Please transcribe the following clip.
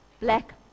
black